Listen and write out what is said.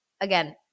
Again